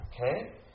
okay